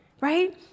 right